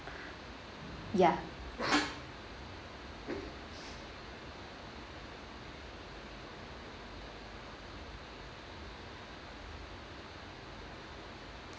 ya